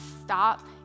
stop